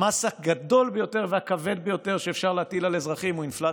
המס הגדול ביותר והכבד ביותר שאפשר להטיל על אזרחים הוא אינפלציה,